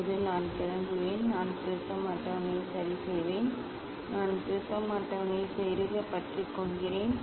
இப்போது நான் கிளம்புவேன் நான் ப்ரிஸம் அட்டவணையை சரி செய்வேன் நான் ப்ரிஸம் அட்டவணையை இறுகப் பற்றிக் கொள்கிறேன்